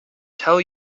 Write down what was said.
tell